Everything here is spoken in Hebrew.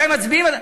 מתי מצביעים.